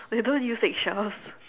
they don't use egg shells